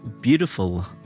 beautiful